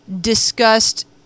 discussed